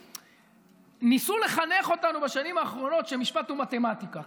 ניסו לחנך אותנו בשנים האחרונות שמשפט הוא מתמטיקה,